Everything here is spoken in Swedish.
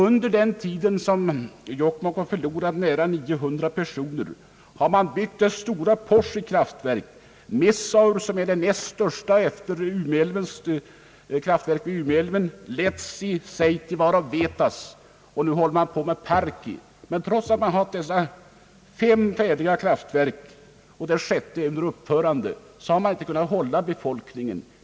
Under den tid som Jokkmokk har förlorat nära 900 personer har där ändå byggts det stora kraftverket Porsi, i Messaure — som är det näst största efter kraftverket i Ume älv — i Letsi, Seitevaare och Vietas, och nu håller man på med ett kraftverk i Parki. Men trots att dessa fem färdiga kraftverk funnits och att ett sjätte är under uppförande, har kommunen inte kunnat hålla kvar befolkningen.